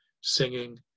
singing